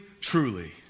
truly